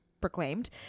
proclaimed